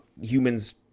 humans